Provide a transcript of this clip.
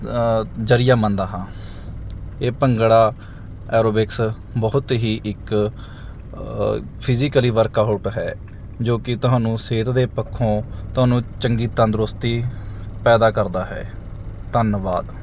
ਜ਼ਰੀਆ ਮੰਨਦਾ ਹਾਂ ਇਹ ਭੰਗੜਾ ਐਰੋਬਿਕਸ ਬਹੁਤ ਹੀ ਇੱਕ ਫਿਜੀਕਲੀ ਵਰਕਆਊਟ ਹੈ ਜੋ ਕਿ ਤੁਹਾਨੂੰ ਸਿਹਤ ਦੇ ਪੱਖੋਂ ਤੁਹਾਨੂੰ ਚੰਗੀ ਤੰਦਰੁਸਤੀ ਪੈਦਾ ਕਰਦਾ ਹੈ ਧੰਨਵਾਦ